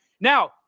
now